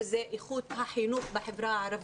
וזה איכות החינוך בחברה הערבית.